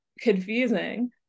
confusing